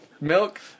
milk